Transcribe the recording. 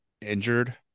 injured